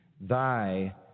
thy